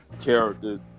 character